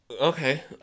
Okay